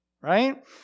right